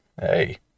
Hey